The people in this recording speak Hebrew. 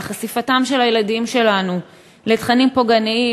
על חשיפתם של הילדים שלנו לתכנים פוגעניים,